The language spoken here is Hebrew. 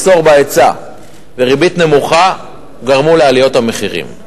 מחסור בהיצע וריבית נמוכה גרמו לעליות המחירים.